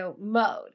mode